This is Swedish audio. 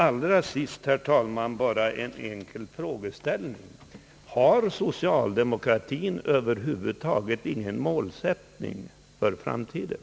Allra sist bara en enkel fråga, herr talman: Har socialdemokratin över huvud taget ingen målsättning för framtiden?